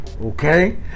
okay